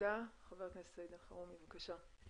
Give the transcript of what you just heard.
חבר הכנסת סעיד אלחרומי, בבקשה.